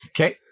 Okay